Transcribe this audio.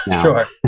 Sure